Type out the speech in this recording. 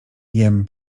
jem